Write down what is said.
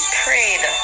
prayed